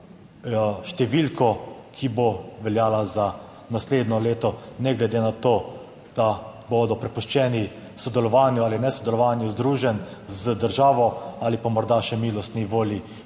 številko, ki bo veljala za naslednje leto, ne glede na to, da bodo prepuščeni sodelovanju ali nesodelovanju združenj z državo ali pa morda še milostni volji